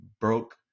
broke